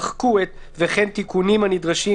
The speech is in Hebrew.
נמחק המשפט שאומר: וכן תיקונים הנדרשים